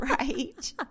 Right